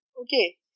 okay